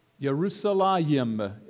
Jerusalem